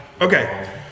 Okay